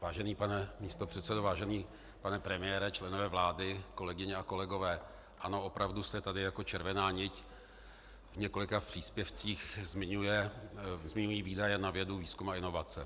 Vážený pane místopředsedo, vážený pane premiére, členové vlády, kolegyně a kolegové, ano, opravdu se tady jako červená nit v několika příspěvcích zmiňují výdaje na vědu, výzkum a inovace.